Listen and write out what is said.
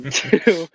two